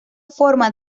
forma